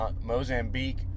Mozambique